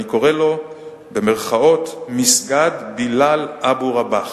קורא לו במירכאות "מסגד בילאל אבו רבאח".